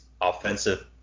offensive